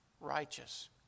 righteous